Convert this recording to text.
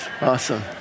Awesome